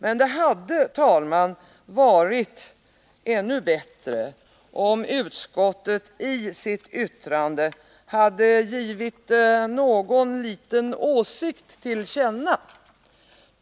Men det hade, herr talman, varit ännu bättre om utskottet i sitt yttrande hade givit någon liten åsikt till känna.